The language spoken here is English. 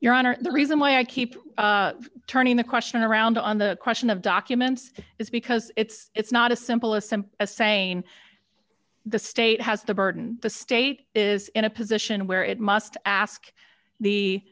your honor the reason why i keep turning the question around on the question of documents is because it's not a simple a simple as saying the state has the burden the state is in a position where it must ask the